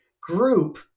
group